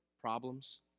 problems